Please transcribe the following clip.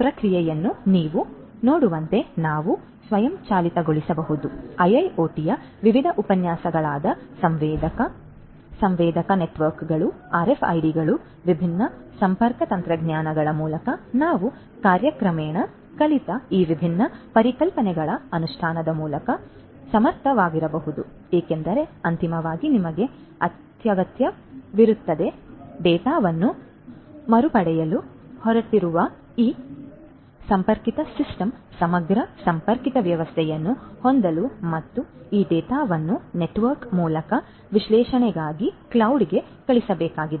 ಪ್ರಕ್ರಿಯೆಯನ್ನು ನೀವು ನೋಡುವಂತೆ ನಾವು ಸ್ವಯಂಚಾಲಿತಗೊಳಿಸಬಹುದು IIoT ಯ ವಿವಿಧ ಉಪನ್ಯಾಸಗಳಾದ ಸಂವೇದಕ ಸಂವೇದಕ ನೆಟ್ವರ್ಕ್ಗಳು ಆರ್ಎಫ್ಐಡಿಗಳು ವಿಭಿನ್ನ ಸಂಪರ್ಕ ತಂತ್ರಜ್ಞಾನಗಳ ಮೂಲಕ ನಾವು ಕಾಲಕ್ರಮೇಣ ಕಲಿತ ಈ ವಿಭಿನ್ನ ಪರಿಕಲ್ಪನೆಗಳ ಅನುಷ್ಠಾನದ ಮೂಲಕ ನಾವು ಸಮರ್ಥರಾಗಬಹುದು ಏಕೆಂದರೆ ಅಂತಿಮವಾಗಿ ನಿಮಗೆ ಅಗತ್ಯವಿರುತ್ತದೆ ಡೇಟಾವನ್ನು ಮರುಪಡೆಯಲು ಹೊರಟಿರುವ ಈ ಸಂಪರ್ಕಿತ ಸಿಸ್ಟಮ್ ಸಮಗ್ರ ಸಂಪರ್ಕಿತ ವ್ಯವಸ್ಥೆಯನ್ನು ಹೊಂದಲು ಮತ್ತು ಈ ಡೇಟಾವನ್ನು ನೆಟ್ವರ್ಕ್ ಮೂಲಕ ವಿಶ್ಲೇಷಣೆಗಾಗಿ ಕ್ಲೌಡ್ಗೆ ಕಳುಹಿಸಬೇಕಾಗಿದೆ